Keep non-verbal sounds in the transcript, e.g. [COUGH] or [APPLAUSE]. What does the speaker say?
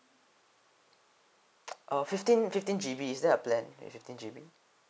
uh [NOISE] fifteen fifteen G_Bs is there a plan with fifteen G_B